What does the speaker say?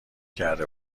کرده